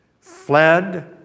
fled